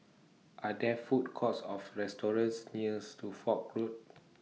Are There Food Courts of restaurants near Suffolk Road